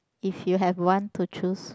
if you have one to choose